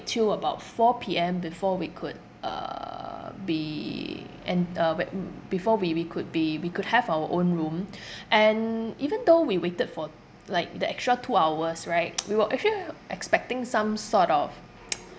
till about four P_M before we could uh be and uh where uh before we we could be we could have our own room and even though we waited for like the extra two hours right we were actually expecting some sort of